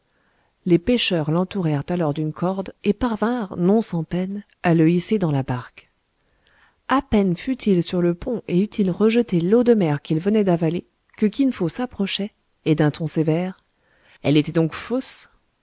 les pêcheurs l'entourèrent alors d'une corde et parvinrent non sans peine à le hisser dans la barque a peine fut-il sur le pont et eut-il rejeté l'eau de mer qu'il venait d'avaler que kin fo s'approchait et d'un ton sévère elle était donc fausse